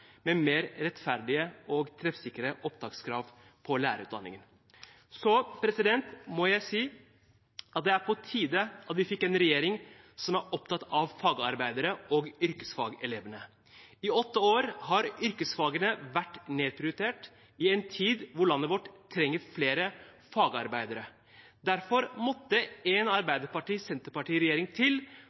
med mer rettferdige og treffsikre opptakskrav på lærerutdanningen. Så må jeg si at det er på tide at vi fikk en regjering som er opptatt av fagarbeidere og yrkesfagelevene. I åtte år har yrkesfagene vært nedprioritert, i en tid hvor landet vårt trenger flere fagarbeidere. Derfor måtte det en